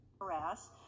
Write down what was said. Harass